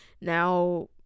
Now